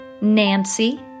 Nancy